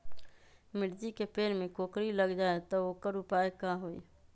मिर्ची के पेड़ में कोकरी लग जाये त वोकर उपाय का होई?